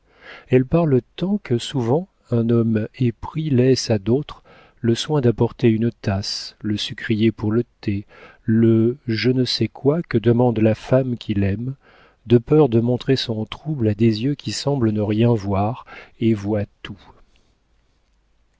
elles parlent tant que souvent un homme épris laisse à d'autres le soin d'apporter une tasse le sucrier pour le thé le je ne sais quoi que demande la femme qu'il aime de peur de montrer son trouble à des yeux qui semblent ne rien voir et voient tout